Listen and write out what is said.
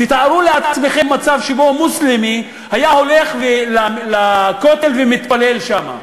תתארו לעצמכם מצב שמוסלמי היה הולך לכותל ומתפלל שם,